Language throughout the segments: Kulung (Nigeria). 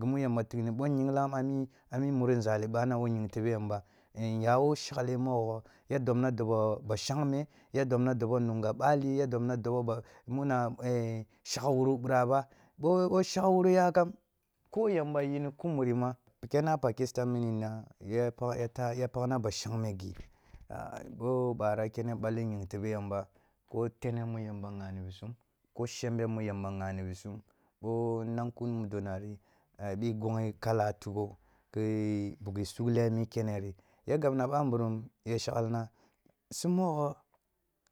Gimu yamba tighni bo ngangham a mi, ami muri nzali bana wo ying tebe yamba e ngawo shagle mogho ya dobna dobo ba shangme ya dobna dob oba shangme ya dobna dobo nunga bali, ya dobna dob oba muna e e shagwuru biri ba bo-bo shag wuru yakam, ko yamba ni kumuri ma kana pakistan mini na ya paten aba shangme gi a a bo bara kene bala ying tebe yamba wo tene mu yamba gha ni ghani bisum, wo nang kun mudona ri e bi goghe kala tigho, ki bughi sughle a mi kene ri ya gab na bambumum yasglina su mogho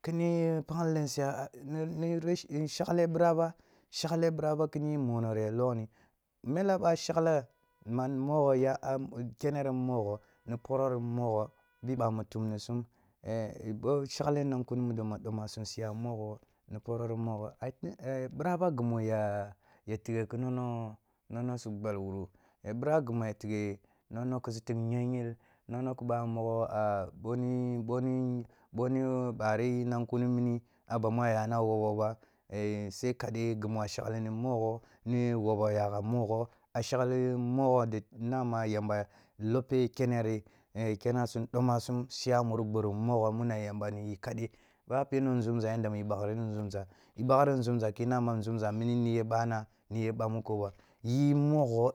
kini ya pakni len siya shagle bira ba- shagle bira ba kinoyi mono ri ya loghni mele ba shagla ma mogho ya a kene ri mogho. ni poro mogho, bi bami tum ni sum ee bo shagle nang keni mudo ma domasum siya mogho ni poro ri mogho bira ba gimi ya tighe ki nong now nong no si gbal wuri bira gimi ya tighe nong nong si tigh yong yul nong na ki ba mun mogho a boni-bini bono bari ni kumimuni a ba mu a y ana wobo ba e e sai kadai gimua shagli ni mogho di nama yamba loppe kyane ri e kane sum doma sum siya muru ghorum mogho muna yamba n iyi kadai, ba pero nzumba yanda mi baghri ni nzumza nimi ni ye bana, ni ye bamnko ba yi mohgo